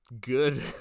good